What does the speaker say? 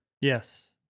Yes